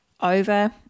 over